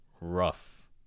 rough